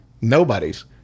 Nobody's